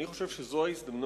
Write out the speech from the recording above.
שאני חושב שזו ההזדמנות